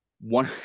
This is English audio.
one